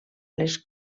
les